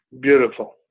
Beautiful